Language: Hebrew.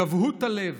גבהות הלב,